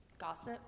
Gossip